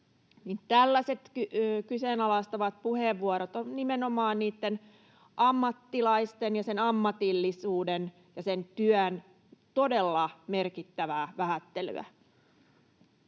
Tällaiset kyseenalaistavat puheenvuorot ovat nimenomaan niitten ammattilaisten ja sen ammatillisuuden ja sen työn todella merkittävää vähättelyä.